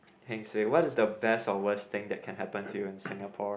heng suay what's the best or worst thing that can happen to you in Singapore